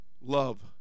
love